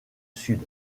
sud